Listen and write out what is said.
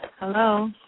Hello